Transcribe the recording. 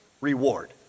reward